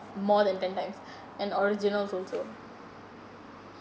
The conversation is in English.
more than ten times and original also